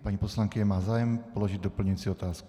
Paní poslankyně má zájem položit doplňující otázku.